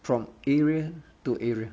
from area to area